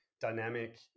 dynamic